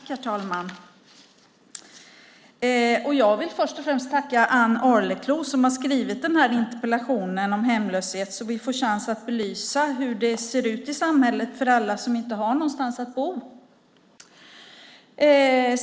Herr talman! Jag vill först och främst tacka Ann Arleklo som har skrivit den här interpellationen om hemlöshet så att vi får chans att belysa hur det ser ut i samhället för alla som inte har någonstans att bo.